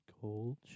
Cold